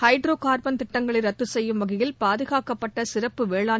hydro carbon திட்டங்களை ரத்து செய்யும் வகையில் பாதுகாக்கப்பட்ட சிறப்பு வேளாண்